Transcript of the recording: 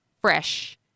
fresh